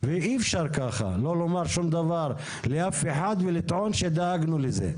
אי אפשר לא לומר שום דבר לאף אחד ולטעון שדאגנו לזה.